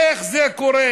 איך זה קורה?